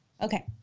Okay